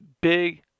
big